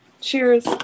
cheers